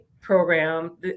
program